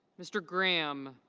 mr. brame.